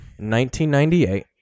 1998